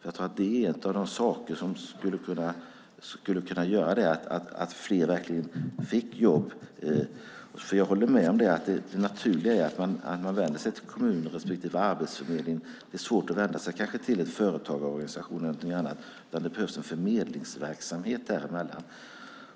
Jag tror att det är en av de saker som skulle kunna göra att fler verkligen fick jobb. Jag håller med om att det naturliga är att man vänder sig till kommunen respektive Arbetsförmedlingen. Kanske är det svårt att vända sig till en företagarorganisation exempelvis. Det behövs en förmedlingsverksamhet däremellan.